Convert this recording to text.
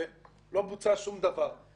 ולא בוצע שום דבר.